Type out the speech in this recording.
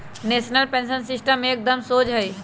national pension system एकदम शोझ हइ